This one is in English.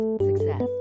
success